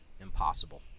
impossible